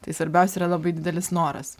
tai svarbiausia yra labai didelis noras